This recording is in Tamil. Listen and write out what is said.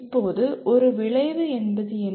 இப்போது ஒரு விளைவு என்பது என்ன